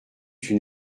une